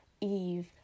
eve